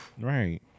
Right